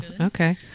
okay